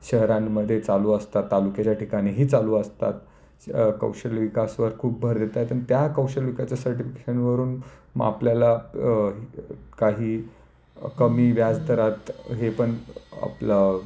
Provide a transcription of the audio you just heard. शहरांमध्ये चालू असतात तालुक्याच्या ठिकाणीही चालू असतात कौशल्य विकासावर खूप भर देत आहेत आणि त्या कौशल्य विकासाच्या सर्टिफिकेशनवरून मग आपल्याला काही कमी व्याज दरात हे पण आपलं